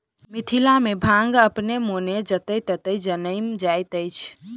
मिथिला मे भांग अपने मोने जतय ततय जनैम जाइत अछि